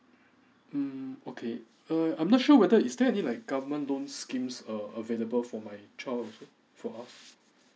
mm okay uh I'm not sure whether is there any like government loan schemes uh available for my child for us